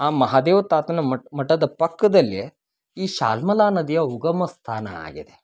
ಆ ಮಹಾದೇವ ತಾತನ ಮಠದ ಪಕ್ಕದಲ್ಲಿ ಈ ಶಾಲ್ಮಲಾ ನದಿಯ ಉಗಮ ಸ್ಥಾನ ಆಗಿದೆ